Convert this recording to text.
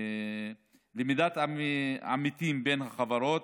למידת עמיתים בין החברות,